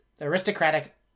aristocratic